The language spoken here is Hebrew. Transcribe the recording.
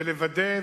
ולוודא,